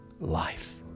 life